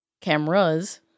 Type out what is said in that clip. cameras